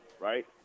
right